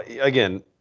again –